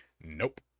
Nope